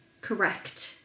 correct